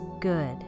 good